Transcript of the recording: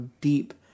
deep